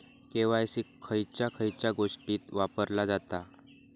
KYC खयच्या खयच्या गोष्टीत वापरला जाता?